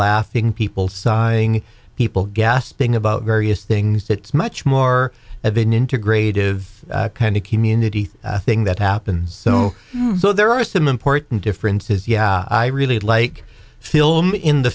laughing people sighing people gasping about various things it's much more of an integrative kind of community thing thing that happens so there are some important differences yeah i really like film in the